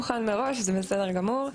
הכול מוכן מראש, זה בסדר גמור.